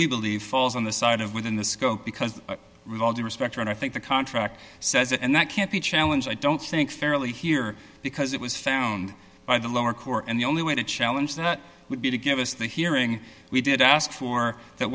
we believe falls on the side of within the scope because we've all due respect i think the contract says and that can't be a challenge i don't think fairly here because it was found by the lower court and the only way to challenge that would be to give us the hearing we did ask for that